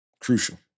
Crucial